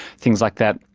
things like that,